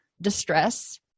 distress